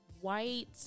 white